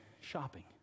shopping